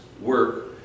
work